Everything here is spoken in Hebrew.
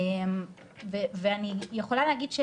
ואני יכולה להגיד,